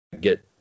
get